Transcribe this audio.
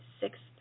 sixth